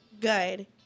good